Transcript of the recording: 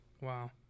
Wow